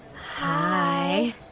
Hi